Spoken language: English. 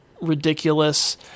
ridiculous